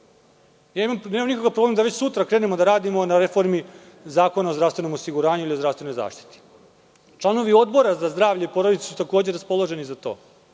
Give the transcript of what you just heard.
Nemam nikakav problem da već sutra krenemo da radimo na reformi Zakona o zdravstvenom osiguranju ili o zdravstvenoj zaštiti. Članovi Odbora za zdravlje i porodicu su takođe raspoloženi za to.